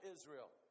Israel